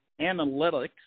analytics